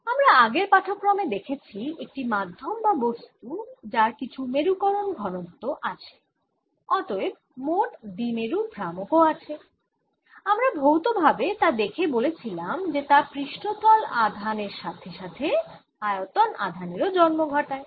আমরা আগের পাঠক্রমে দেখেছি একটি মাধ্যম বা বস্তু যার কিছু মেরুকরণ ঘনত্ব আছে অতএব মোট দ্বিমেরু ভ্রামক ও আছে আমরা ভৌত ভাবে তা দেখে বলেছিলাম যে তা পৃষ্ঠতল আধান এর সাথে সাথে আয়তন আধান এরও জন্ম ঘটায়